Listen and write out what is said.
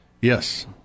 Yes